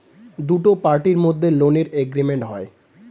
দুটো পার্টির মধ্যে লোনের এগ্রিমেন্ট হয়